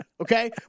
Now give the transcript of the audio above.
okay